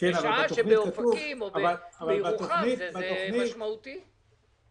בשעה שבאופקים או בירוחם זה משמעותי מאוד.